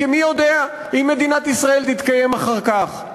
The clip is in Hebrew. כי מי יודע אם מדינת ישראל תתקיים אחר כך.